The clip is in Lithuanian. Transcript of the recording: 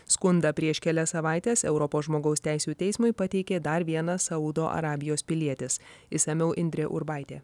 skundą prieš kelias savaites europos žmogaus teisių teismui pateikė dar vienas saudo arabijos pilietis išsamiau indrė urbaitė